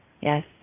Yes